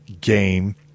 game